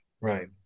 Right